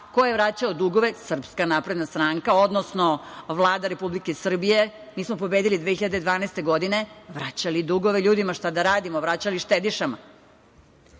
Ko je vraćao dugove? Srpska napredna stranka, odnosno Vlada Republike Srbije. Mi smo pobedili 2012. godine, vraćali dugove ljudima, šta da radimo, vraćali štedišama. Setite